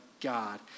God